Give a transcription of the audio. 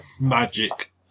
magic